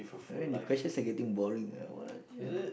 the question are getting boring ah what